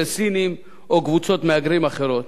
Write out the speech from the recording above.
של סינים או קבוצות מהגרים אחרות.